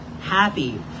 happy